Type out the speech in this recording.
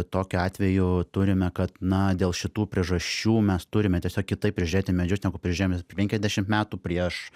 tokiu atveju turime kad na dėl šitų priežasčių mes turime tiesiog kitaip prižiūrėti medžius negu prižiūrėjome penkiasdešimt metų prieš